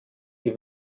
die